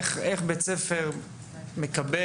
איך בית ספר מקבל?